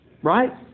Right